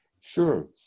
Sure